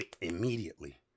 immediately